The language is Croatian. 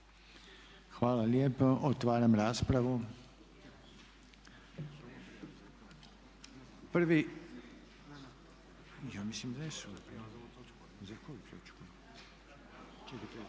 Hvala lijepa. Otvaram raspravu. Za